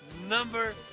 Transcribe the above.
Number